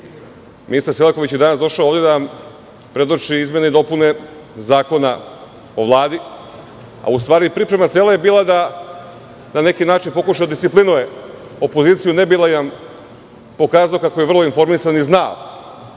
Selaković je danas došao ovde da vam predoči izmene i dopune Zakona o Vladi, a u stvari cela priprema je bila da, na neki način, pokuša da disciplinuje opoziciju, ne bi li vam pokazao kako je vrlo informisan i zna